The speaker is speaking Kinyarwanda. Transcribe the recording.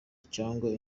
cyangwa